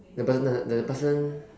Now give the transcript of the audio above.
the person doesn't' the person